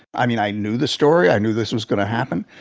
i mean, i knew the story. i knew this was gonna happen,